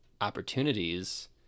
opportunities